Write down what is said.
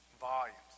volumes